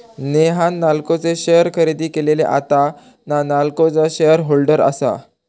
नेहान नाल्को चे शेअर खरेदी केले, आता तां नाल्कोचा शेअर होल्डर आसा